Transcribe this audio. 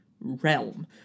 realm